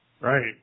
Right